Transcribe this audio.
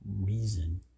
reason